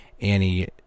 Annie